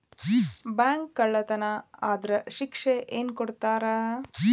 Bank ಕಳ್ಳತನಾ ಆದ್ರ ಏನ್ ಶಿಕ್ಷೆ ಕೊಡ್ತಾರ?